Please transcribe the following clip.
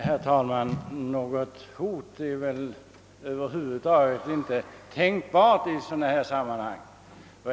Herr talman! Nej, något hot är väl över huvud taget inte tänkbart i sådana här sammanhang.